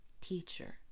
teacher